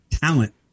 talent